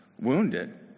wounded